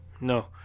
no